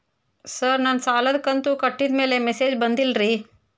sir ನನ್ನ ಸಾಲದ ಕಂತು ಕಟ್ಟಿದಮೇಲೆ ಮೆಸೇಜ್ ಬಂದಿಲ್ಲ ರೇ